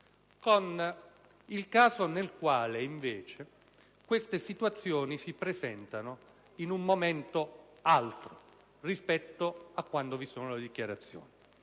con il caso nel quale, invece, queste situazioni si presentano in un momento altro rispetto a quando vengono fatte le dichiarazioni,